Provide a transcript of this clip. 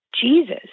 Jesus